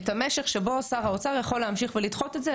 את המשך שבו שר האוצר יכול להמשיך ולדחות את זה,